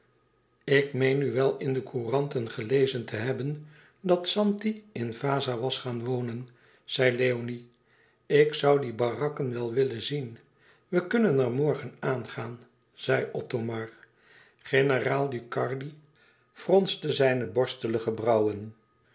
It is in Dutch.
ik meen nu wel in de couranten gelezen te hebben dat zanti in vaza was gaan wonen zei leoni ik zoû die barakken wel willen zien we kunnen er morgen aangaan zei othomar generaal ducardi fronste zijne borstelige